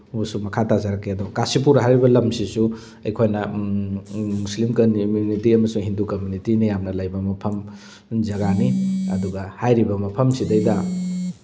ꯑꯗꯨꯁꯨ ꯃꯈꯥ ꯇꯥꯖꯔꯛꯀꯦ ꯑꯗꯣ ꯀꯥꯁꯤꯄꯨꯔ ꯍꯥꯏꯔꯤꯕ ꯂꯝꯁꯤꯁꯨ ꯑꯩꯈꯣꯏꯅ ꯃꯨꯁꯂꯤꯝ ꯀꯃꯨꯅꯤꯇꯤ ꯑꯃꯁꯨꯡ ꯍꯤꯟꯗꯨ ꯀꯃꯨꯅꯤꯇꯤꯅ ꯌꯥꯝꯅ ꯂꯩꯕ ꯃꯐꯝ ꯖꯒꯥꯅꯤ ꯑꯗꯨꯒ ꯍꯥꯏꯔꯤꯕ ꯃꯐꯝꯁꯤꯗ